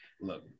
Look